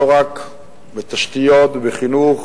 לא רק בתשתיות ובחינוך,